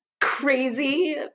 crazy